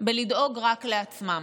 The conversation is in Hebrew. בלדאוג רק לעצמם.